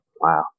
wow